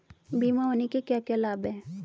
बीमा होने के क्या क्या लाभ हैं?